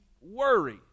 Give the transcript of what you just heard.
worry